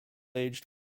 aged